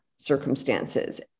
circumstances